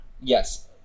Yes